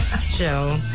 Joe